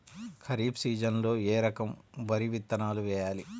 ఖరీఫ్ సీజన్లో ఏ రకం వరి విత్తనాలు వేయాలి?